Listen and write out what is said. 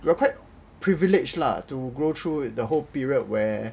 privilege lah to go through the whole period where